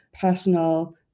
personal